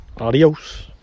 adios